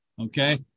Okay